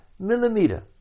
millimeter